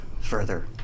further